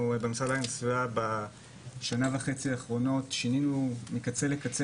אנחנו במשרד להגנת הסביבה בשנה וחצי האחרונות שינינו מקצה לקצה